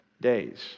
days